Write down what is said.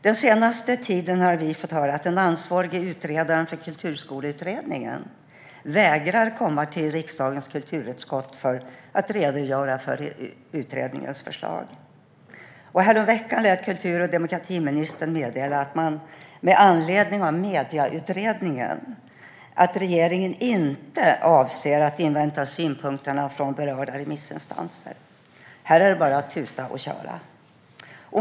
Den senaste tiden har vi fått höra att den ansvariga utredaren för Kulturskoleutredningen vägrar att komma till riksdagens kulturutskott för att redogöra för utredningens förslag. Häromveckan lät kultur och demokratiministern meddela att regeringen med anledning av Medieutredningen inte avser att invänta synpunkter från berörda remissinstanser. Här är det bara att tuta och köra!